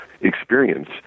experience